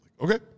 Okay